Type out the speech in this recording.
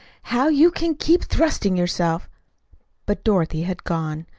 how you can keep thrusting yourself but dorothy had gone.